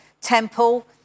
temple